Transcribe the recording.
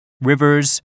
rivers